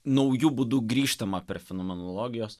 nauju būdu grįžtama prie fenomenologijos